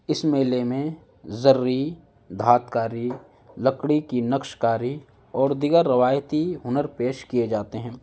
اس میلے میں زریں دھات کاری لکڑی کی نقش کاری اور دیگر روایتی ہنر پیش کیے جاتے ہیں